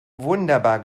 wunderbar